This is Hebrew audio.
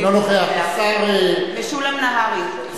אינו נוכח משולם נהרי,